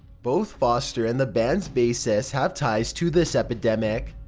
both foster and the band's bassist have ties to this epidemic,